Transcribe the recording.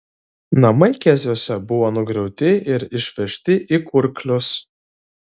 namai keziuose buvo nugriauti ir išvežti į kurklius